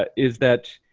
ah is that,